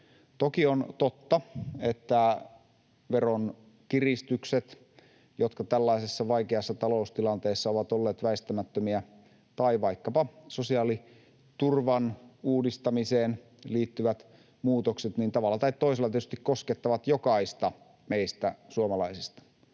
Toki on totta, että veronkiristykset, jotka tällaisessa vaikeassa taloustilanteessa ovat olleet väistämättömiä, tai vaikkapa sosiaaliturvan uudistamiseen liittyvät muutokset tavalla tai toisella tietysti koskettavat jokaista meistä suomalaisista,